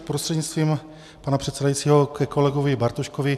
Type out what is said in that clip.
Prostřednictvím pana předsedajícího ke kolegovi Bartoškovi.